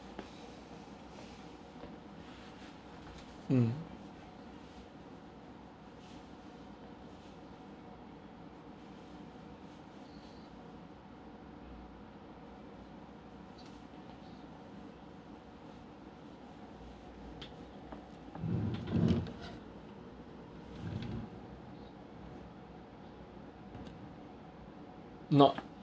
mm not